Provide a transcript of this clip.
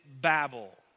Babel